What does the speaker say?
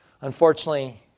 Unfortunately